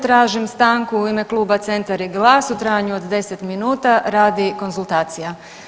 Tražim stanku u ime Kluba Centar i GLAS u trajanju od 10 minuta radi konzultacija.